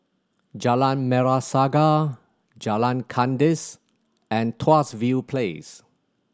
Jalan Merah Saga Jalan Kandis and Tuas View Place